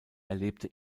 erlebte